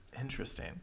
Interesting